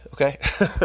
Okay